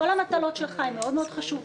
כל המטלות שלך הן מאוד מאוד חשובות,